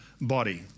body